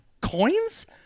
coins